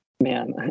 man